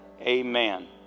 Amen